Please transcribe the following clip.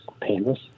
Painless